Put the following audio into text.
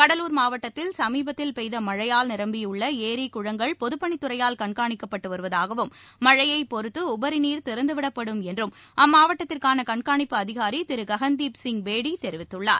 கடலூர் மாவட்டத்தில் சமீபத்தில் பெய்த இம்மழையால் நிரம்பியுள்ளஏரி குளங்கள் பொதப்பணித் துறையால் கண்காணிக்கப்பட்டுவருவதாகவும் மழையைபொறுத்தஉபரிநீர் திறந்துவிடப்படும் என்றும் அம்மாவட்டத்திற்கானகண்காணிப்பு அதிகாரிதிருககன்தீப் சிங் பேடிதெரிவித்துள்ளார்